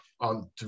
on